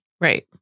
Right